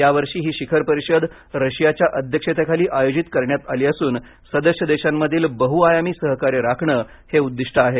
यावर्षी ही शिखर परिषद रशियाच्या अध्यक्षतेखाली आयोजित करण्यात आलं असून सदस्य देशामधील बहुआयामी सहकार्य राखण हे उद्दिष्ट आहे